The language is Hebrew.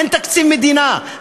אין תקציב המדינה,